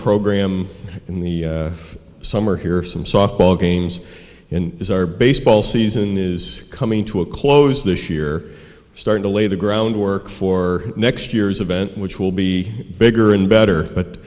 program in the summer here some softball games in is our baseball season is coming to a close this year start to lay the groundwork for next year's event which will be bigger and better but